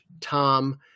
Tom